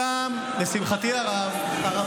תשתמש בסמכויות שלך, חלקם, לשמחתי הרבה,